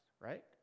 Right